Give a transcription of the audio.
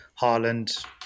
Haaland